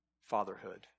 fatherhood